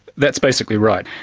that's basically right.